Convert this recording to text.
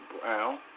Brown